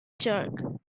jerk